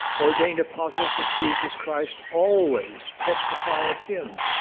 ordained apostles of jesus christ always testify of him.